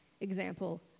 example